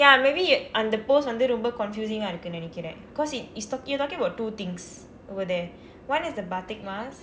ya maybe அந்த:andtha post வந்து ரொம்ப:vandthu rompa confusing-aa இருக்குனு நினைக்கிறேன்:irukunu ninaikkireen cause it it's talking you're talking about two things over there one is the batik mask